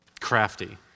Crafty